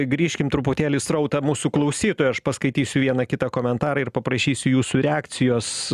grįžkim truputėlį srautą mūsų klausytojų aš paskaitysiu vieną kitą komentarą ir paprašysiu jūsų reakcijos